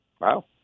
Wow